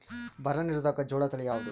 ಬರ ನಿರೋಧಕ ಜೋಳ ತಳಿ ಯಾವುದು?